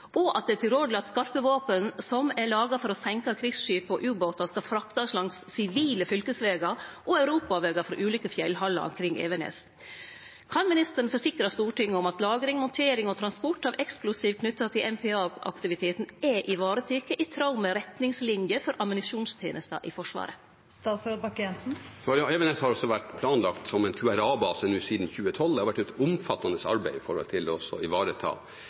og at det er tilrådeleg at skarpe våpen som er laga for å senke krigsskip og u-båtar, skal fraktast langs sivile fylkesvegar og europavegar frå ulike fjellhallar kring Evenes. Kan statsråden forsikre Stortinget om at lagring, handtering og transport av eksplosiv knytt til MPA-aktiviteten er teke i vare i tråd med retningsliner for ammunisjonstenesta i Forsvaret? Evenes har vært planlagt som en QRA-base siden 2012. Det har vært et omfattende arbeid for å ivareta ammunisjon – også til